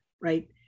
right